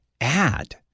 add